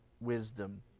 wisdom